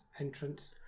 entrance